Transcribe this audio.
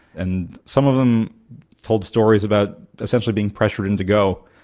and some of them told stories about essentially being pressured in to go,